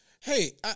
Hey